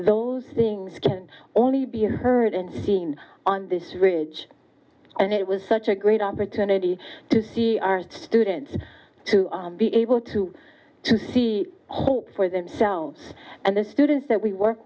those things can only be heard and seen on this ridge and it was such a great opportunity to see our students to be able to see hope for themselves and the students that we work